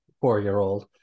four-year-old